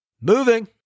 Moving